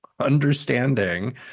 understanding